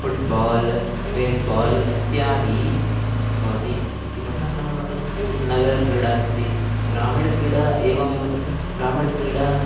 football baseball इत्याद्यः भवन्ति किमर्थं नाम तत्तु नगरक्रीडा अस्ति ग्रामीणक्रीडा एवमेव ग्रामीणक्रीडा